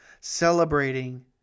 celebrating